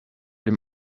dem